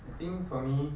I think for me